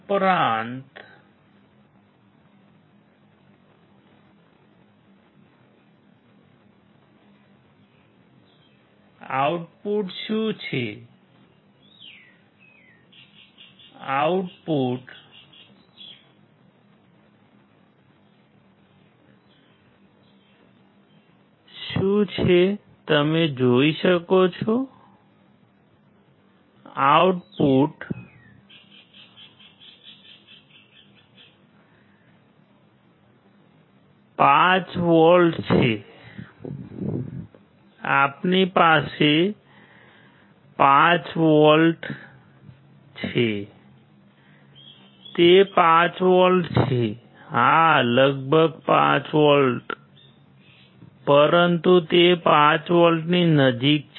પરંતુ આઉટપુટ શું છે આઉટપુટ શું છે તમે જોઈ શકો છો આઉટપુટ 5 વોલ્ટ છે આપણી પાસે 5 વોલ્ટ છે તે 5 વોલ્ટ છે હા લગભગ 5 વોલ્ટ પરંતુ તે 5 વોલ્ટની નજીક છે